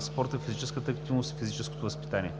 спорта, физическата активност и физическото възпитание.